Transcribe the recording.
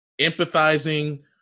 empathizing